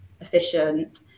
efficient